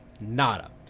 nada